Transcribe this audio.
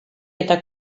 eta